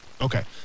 Okay